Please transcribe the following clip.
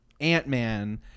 Ant-Man